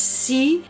see